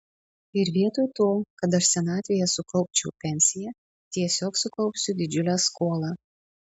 ir vietoj to kad aš senatvėje sukaupčiau pensiją tiesiog sukaupsiu didžiulę skolą